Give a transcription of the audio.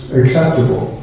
acceptable